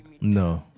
No